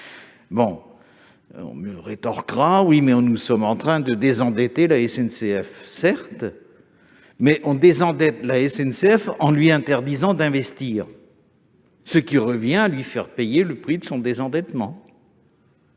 -, on me rétorque que nous sommes en train de désendetter la SNCF. Certes, mais on le fait en lui interdisant d'investir, ce qui revient à lui faire payer le prix de son désendettement.